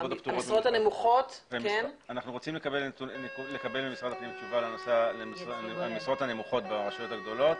אנחנו רוצים לקבל ממשרד הפנים תשובה על המשרות הנמוכות ברשויות הגדולות,